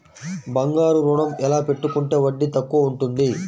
బంగారు ఋణం ఎలా పెట్టుకుంటే వడ్డీ తక్కువ ఉంటుంది?